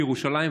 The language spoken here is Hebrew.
לירושלים,